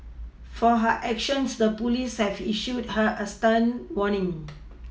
for her actions the police have issued her a stern warning